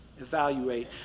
Evaluate